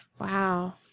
Wow